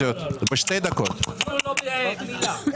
בסעיף המטרה.